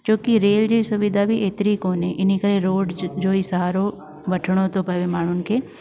छोकी रेल जी सुविधा बि एतरी कोन्हे इन करे रोड जो ई सहारो वठिणो थो पए माण्हुनि खे